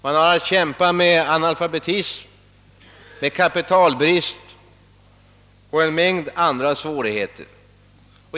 Man har där att kämpa mot analfabetismen, kapitalbrist och en mängd andra svårigheter.